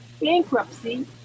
bankruptcy